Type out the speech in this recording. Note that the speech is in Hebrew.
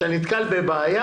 כשאתה נתקל בבעיה